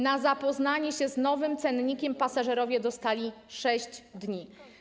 Na zapoznanie się z nowym cennikiem pasażerowie dostali 6 dni.